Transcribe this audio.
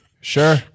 Sure